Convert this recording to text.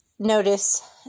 notice